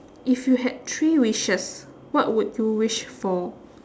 if you had three wishes what would you wish for